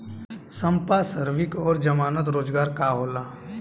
संपार्श्विक और जमानत रोजगार का होला?